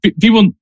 people